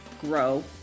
grow